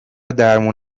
درمون